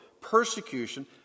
persecution